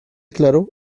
claro